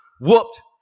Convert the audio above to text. whooped